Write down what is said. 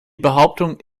behauptung